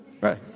Right